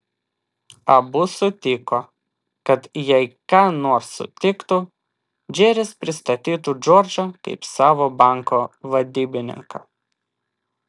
abu sutiko kad jei ką nors sutiktų džeris pristatytų džordžą kaip savo banko vadybininką